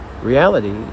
Reality